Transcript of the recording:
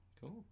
cool